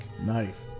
Nice